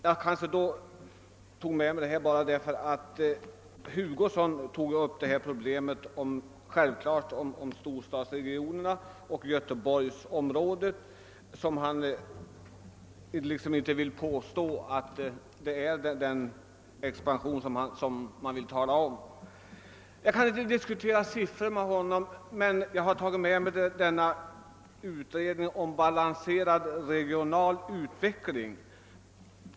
Jag tog med mig dessa papper enbart därför att herr Hugosson tog upp problemet om storstadsregionerna och särskilt nämnde Göteborgsområdet. : Jag skall kanske inte diskutera siffror med honom, men jag har tagit med mig en utredning om balanserad regionalutveckling.